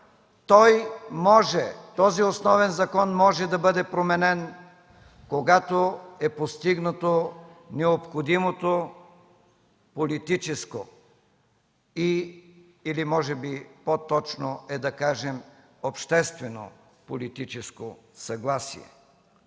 налагат, той може да бъде променен, когато е постигнато необходимото политическо или може би по-точно е да кажем обществено-политическо съгласие.